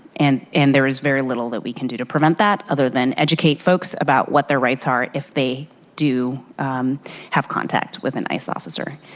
and and there is very little that we could do to prevent that other than educate folks about what their rights are if they do have contact with an i c e. officer.